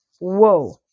Whoa